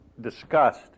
discussed